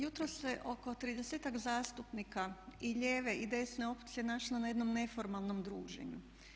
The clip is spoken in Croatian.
Jutros se oko tridesetak zastupnika i lijeve i desne opcije našlo na jednom neformalnom druženju.